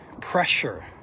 pressure